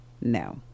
No